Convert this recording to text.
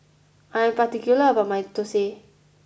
I am particular about my Thosai